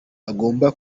agomba